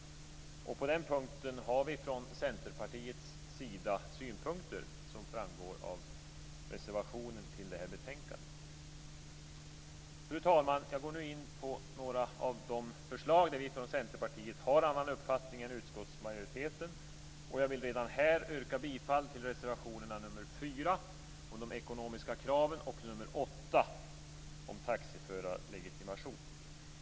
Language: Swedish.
På den punkten har vi från Centerpartiets sida synpunkter, vilket framgår av reservationen i betänkandet. Fru talman! Jag går nu in på några av de förslag där vi från Centerpartiet har en annan uppfattning än utskottsmajoriteten. Och jag vill redan här yrka bifall till reservation 4 om de ekonomiska kraven och reservation 8 om taxiförarlegitimation.